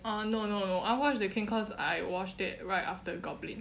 uh no no no I watch the king cause I watched it right after goblin